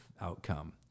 outcome